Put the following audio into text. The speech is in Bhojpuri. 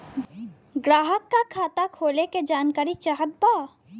ग्राहक के खाता खोले के जानकारी चाहत बा?